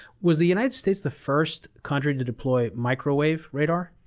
was the united states the first country to deploy microwave radar?